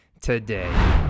today